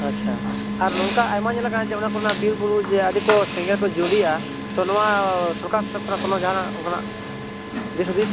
ᱟᱪᱪᱷᱟ ᱟᱨ ᱱᱚᱝᱠᱟ ᱟᱭᱢᱟ ᱧᱮᱞ ᱟᱠᱟᱱᱟ ᱡᱮ ᱚᱱᱟ ᱠᱚᱨᱮᱱᱟᱜ ᱵᱤᱨ ᱵᱩᱨᱩ ᱡᱮ ᱟᱹᱰᱤ ᱠᱚ ᱥᱮᱸᱜᱮᱞ ᱠᱚ ᱡᱩᱰᱤᱭᱟᱜᱼᱟ ᱛᱚ ᱱᱚᱣᱟ ᱥᱚᱨᱠᱟᱨ ᱥᱮᱡ ᱠᱷᱚᱱᱟᱜ ᱠᱳᱱᱳ ᱡᱟᱦᱟᱸ ᱱᱟᱜ ᱚᱱᱠᱟᱱᱟᱜ ᱫᱤᱥ ᱦᱩᱫᱤᱥ